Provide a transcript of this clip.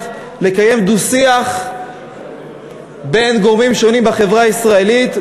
לקיים דו-שיח בין גורמים שונים בחברה הישראלית,